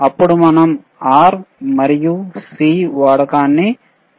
అప్పుడు మనం R మరియు C వాడకాన్ని చూశాము